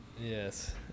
Yes